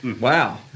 Wow